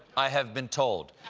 i have been told.